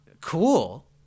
cool